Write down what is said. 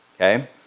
Okay